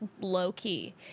low-key